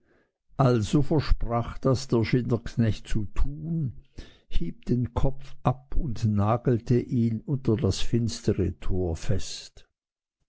also versprach das der schindersknecht zu tun hieb den kopf ab und nagelte ihn unter das finstere tor fest